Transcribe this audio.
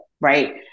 right